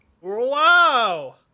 Wow